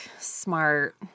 smart